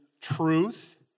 truth